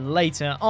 later